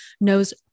knows